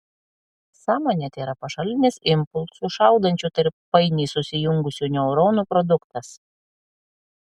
sąmonė tėra pašalinis impulsų šaudančių tarp painiai susijungusių neuronų produktas